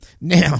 Now